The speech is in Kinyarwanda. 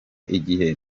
igihe